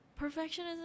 perfectionism